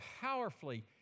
powerfully